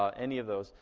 um any of those,